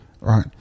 right